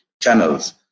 channels